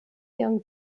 ihrem